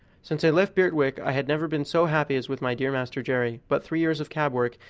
since i left birtwick i had never been so happy as with my dear master jerry but three years of cab work,